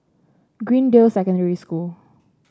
Greendale Secondary School